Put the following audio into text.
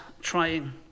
trying